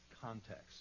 context